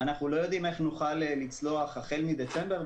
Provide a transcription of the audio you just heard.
אנחנו לא יודעים איך נוכל לצלוח החל מדצמבר,